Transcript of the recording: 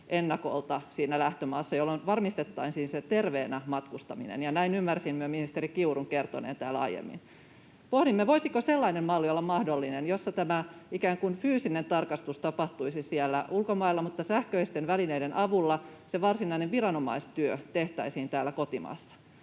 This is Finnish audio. ennakolta siinä lähtömaassa, jolloin varmistettaisiin se terveenä matkustaminen — näin ymmärsimme ministeri Kiurun kertoneen täällä aiemmin — niin voisiko sellainen malli olla mahdollinen, jossa tämä ikään kuin fyysinen tarkastus tapahtuisi siellä ulkomailla mutta sähköisten välineiden avulla se varsinainen viranomaistyö tehtäisiin täällä kotimaassa.